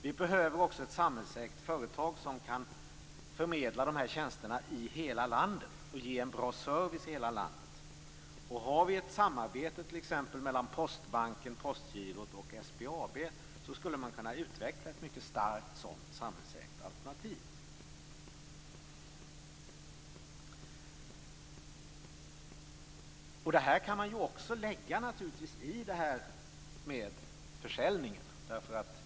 Vi behöver också ett samhällsägt företag som kan förmedla dessa tjänster i hela landet och ge en bra service till hela landet. Har vi t.ex. ett samarbete mellan Postbanken, Postgirot och SBAB skulle man kunna utveckla ett mycket starkt sådant samhällsägt alternativ. Det kan man också lägga in i försäljningen.